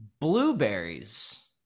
Blueberries